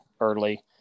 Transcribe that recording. early